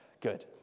good